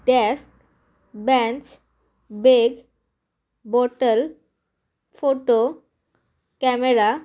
desk bench bag bottle photo camera